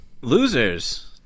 losers